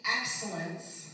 excellence